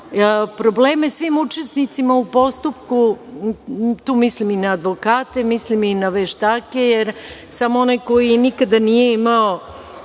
probleme svim učesnicima u postupku. Tu mislim i na advokate, mislim i na veštake, jer samo onaj koji nikada nije imao